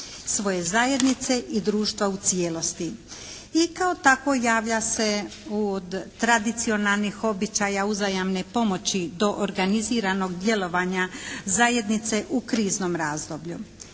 svoje zajednice i društva u cijelosti. I kao takvo javlja se u tradicionalnih običaja uzajamne pomoći do organiziranog djelovanja zajednice u kriznom razdoblju.